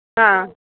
हा